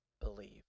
believe